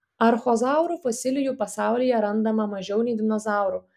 archozaurų fosilijų pasaulyje randama mažiau nei dinozaurų